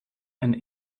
and